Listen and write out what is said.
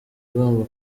igomba